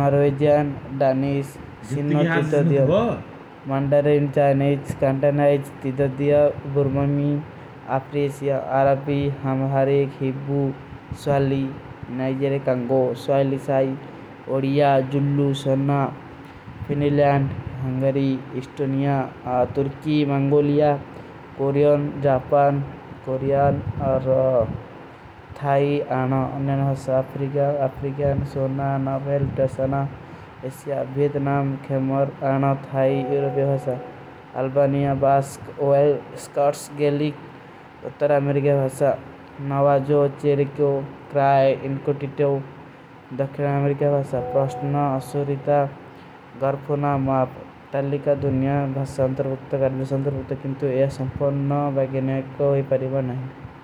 Norwegian, Danish, ସିନ୍ନୋ। ତିଦୋଧିଯା, Mandarin, Chinese, ସ୍କାଂଟେନାଈଶ, ତିଦୋଧିଯା, ବୁର୍ମମୀ, ଅପ୍ରେସିଯା, ଆରାପୀ, ହମ୍ଭ ଅଂଗୁଲିଯା, କୋରିଯାନ, ଜାପାନ। କୋରିଯାନ, ଥାଈ, ଅନ୍ଯାନ, ଅପ୍ରିଗାନ, ସୋନା, ନାଵେଲ, ଡାସାନା, ଏସିଯା, ଭେଦନାମ, ଖେମର, ଅନ୍ଯାନ, ଥାଈ, ଏରୋଭୀ, ଅଲ୍ବାନିଯା। ବାସ୍କ, ଓଯ, ସ୍କର୍ଟ୍ସ, ଗେଲିକ, ଉତରାମେରିକ, ନାଵାଜୋ, ଚେରିକ, କ୍ରାଯ, ଇଂକୋଟିତୋ, ଦ ତୁକିନ୍ଟୋ, ଏସଂପୁର୍ଣ, ନାଵେଲ, ଗେଲିଯା, କୋରିଯାନ, ଭେଦନାମ।